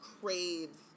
craves